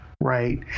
right